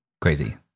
Crazy